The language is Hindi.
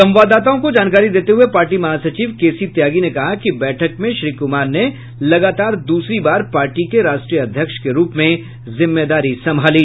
संवाददाताओं को जानकारी देते हुये पार्टी महासचिव के सी त्यागी ने कहा कि बैठक में श्री कुमार ने लगातार दूसरी बार पार्टी के राष्ट्रीय अध्यक्ष के रूप में जिम्मेदारी संभाली